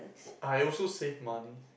I also save money